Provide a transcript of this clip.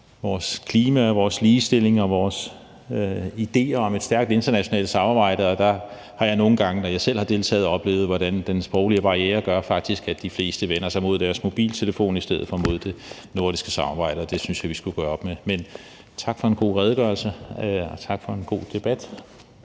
vores klima og vores ligestilling og vores idéer om et stærkt internationalt samarbejde. Der har jeg nogle gange, når jeg selv har deltaget, oplevet, hvordan den sproglige barriere faktisk gør, at de fleste vender sig mod deres mobiltelefon i stedet for mod det nordiske samarbejde, og det synes jeg vi skulle gøre op med. Men tak for en god redegørelse, og tak for en god debat.